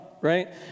right